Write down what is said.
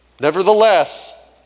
Nevertheless